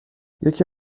یکی